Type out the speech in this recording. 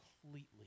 completely